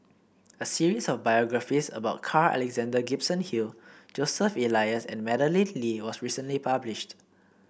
a series of biographies about Carl Alexander Gibson Hill Joseph Elias and Madeleine Lee was recently published